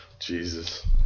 Jesus